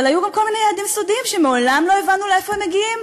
אבל היו גם כל מיני יעדים סודיים כך שמעולם לא הבנו לאיפה הם מגיעים.